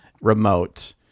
remote